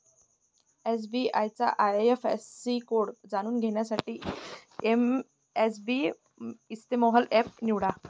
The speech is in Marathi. एस.बी.आय चा आय.एफ.एस.सी कोड जाणून घेण्यासाठी एसबइस्तेमहो एप निवडा